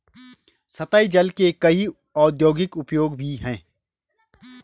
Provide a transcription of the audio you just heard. सतही जल के कई औद्योगिक उपयोग भी हैं